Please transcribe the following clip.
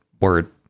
word